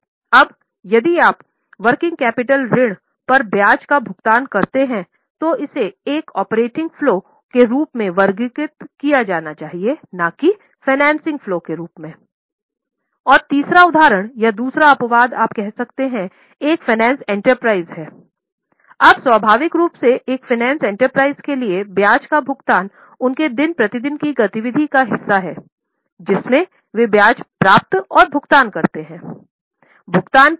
अब यदि आप वर्किंग कैपिटल का भुगतान किया गया